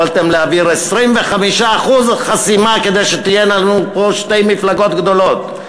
יכולתם להעביר 25% חסימה כדי שתהיינה לנו פה שתי מפלגות גדולות.